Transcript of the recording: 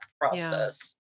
process